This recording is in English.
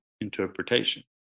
interpretation